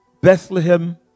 Bethlehem